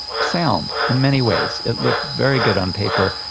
sound in many ways. it looked very good on paper.